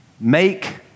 Make